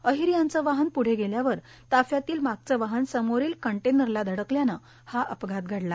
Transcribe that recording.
अहिर यांचं वाहन प्ढे गेल्यावर ताफ्यातील मागचे वाहन समोरील कंटेनरला धडकल्यानं हा अपघात घडला